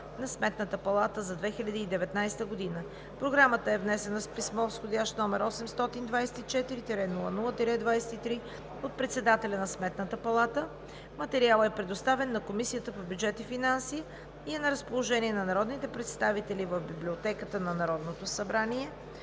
на Сметната палата за 2019 г. Програмата е внесена с писмо, изходящ № 824-00-23, от председателя на Сметната палата. Материалът е предоставен на Комисията по бюджет и финанси и е на разположение на народните представители в Библиотеката на Народното събрание;